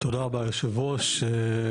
תודה רבה היושב ראש.